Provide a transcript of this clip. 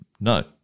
No